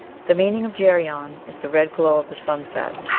the meaning of geryon is the red glow of the sunset.